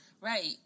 Right